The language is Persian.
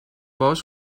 باهاش